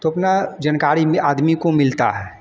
तो अपनी जनकारी में आदमी को मिलती है